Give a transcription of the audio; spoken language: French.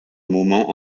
moment